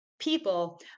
people